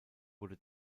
wurde